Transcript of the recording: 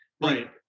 Right